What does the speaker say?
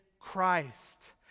Christ